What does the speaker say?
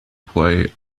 play